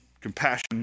compassion